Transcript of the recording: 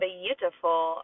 beautiful